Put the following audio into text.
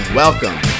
welcome